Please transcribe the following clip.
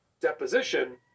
deposition